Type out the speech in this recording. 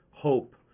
hope